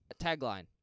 Tagline